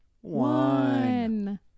one